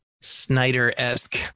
Snyder-esque